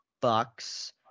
Bucks